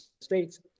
States